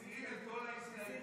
מסירים את כל ההסתייגות,